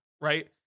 right